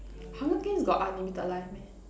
hunger games got unlimited life meh